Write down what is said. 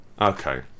Okay